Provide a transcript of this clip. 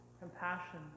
compassion